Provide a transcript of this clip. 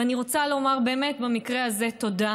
ואני רוצה לומר באמת במקרה הזה תודה